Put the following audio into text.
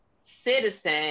citizen